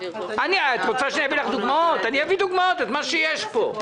אני יכול להביא לך דוגמאות ממה שיש פה.